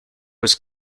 was